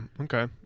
okay